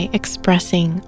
expressing